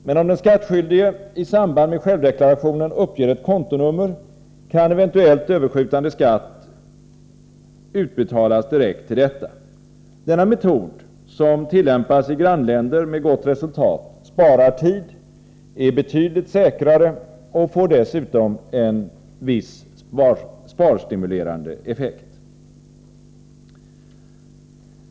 Men om den skattskyldige i samband med självdeklarationen uppger ett kontonummer, kan eventuellt överskjutande skatt utbetalas direkt till detta. Denna metod, som tillämpas i grannländer med gott resultat, sparar tid, är betydligt säkrare och får dessutom en viss sparstimulerande effekt.